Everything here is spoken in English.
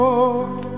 Lord